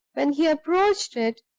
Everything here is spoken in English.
when he approached it,